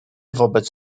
wobec